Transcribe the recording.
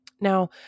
Now